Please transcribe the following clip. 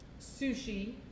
sushi